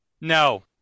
No